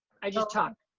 i just thank